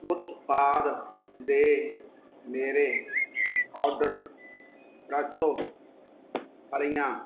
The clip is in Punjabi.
ਉਤਪਾਦ ਦੇ ਮੇਰੇ ਓਰਡਰ ਫਰੈਸੋ ਫਲੀਆਂ